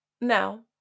Now